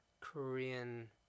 Korean